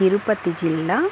తిరుపతి జిల్లా